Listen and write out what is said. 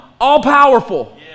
all-powerful